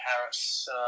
Harris –